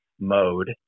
mode